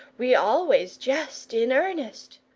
we always jest in earnest.